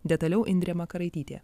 detaliau indrė makaraitytė